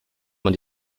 man